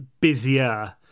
busier